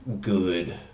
Good